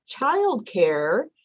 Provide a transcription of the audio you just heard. childcare